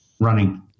running